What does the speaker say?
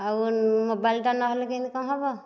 ଆଉ ମୋବାଇଲଟା ନହେଲେ କେମିତି କ'ଣ ହେବ